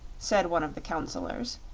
said one of the counselors,